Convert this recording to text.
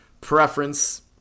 preference